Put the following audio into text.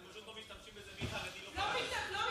אנחנו פשוט לא משתמשים בזה, מי חרדי ומי לא חרדי.